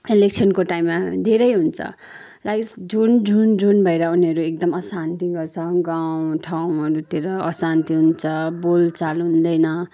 इलेक्सनको टाइममा धेरै हुन्छ लाइक्स झुन्ड झुन्ड झुन्ड भएर उनीहरू एकदम अशान्ति गर्छ गाउँ ठाउँहरूतिर अशान्ति हुन्छ बोल चाल हुँदैन